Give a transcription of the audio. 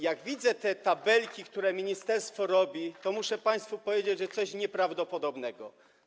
Jak widzę te tabelki, które ministerstwo robi, to muszę państwu powiedzieć, że to coś nieprawdopodobnego.